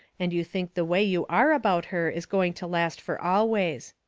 and you think the way you are about her is going to last fur always.